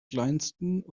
kleinsten